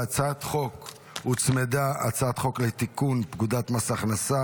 להצעת החוק הוצמדה הצעת חוק לתיקון פקודת מס הכנסה